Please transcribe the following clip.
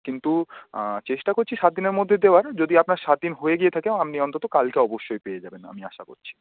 কিন্তু চেষ্টা করছি সাত দিনের মধ্যে দেওয়ার যদি আপনার সাত দিন হয়ে গিয়ে থাকে আপনি অন্তত কালকে অবশ্যই পেয়ে যাবেন আমি আশা করছি